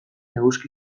eguzki